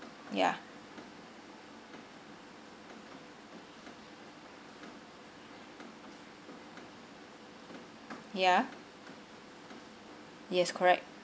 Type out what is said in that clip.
ya ya yes correct